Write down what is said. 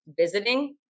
visiting